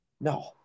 No